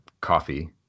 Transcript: coffee